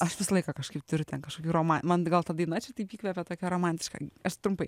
aš visą laiką kažkaip turiu ten kažkokį roma man gal ta daina čia taip įkvėpė tokia romantiška aš trumpai